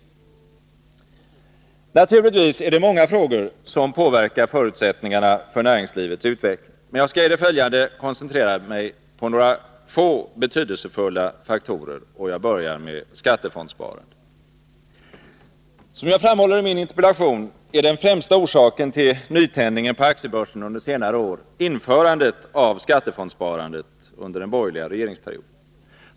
Naturligtvis är det många faktorer som påverkar förutsättningarna för näringslivets utveckling, men jag skall i det följande koncentrera mig på några få, betydelsefulla faktorer. Jag börjar med skattefondssparandet. Som jag framhåller i min interpellation, är den främsta orsaken till nytändningen på aktiebörsen under senare år införandet av skattefondssparandet under den borgerliga regeringsperioden.